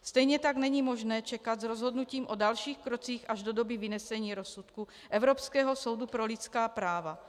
Stejně tak není možné čekat s rozhodnutím o dalších krocích až do doby vynesení rozsudku Evropského soudu pro lidská práva.